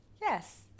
Yes